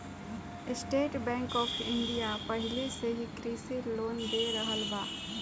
estate bank of India पाहिले से ही कृषि लोन दे रहल बा